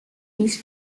east